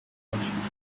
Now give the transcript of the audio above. promotions